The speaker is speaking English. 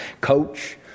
Coach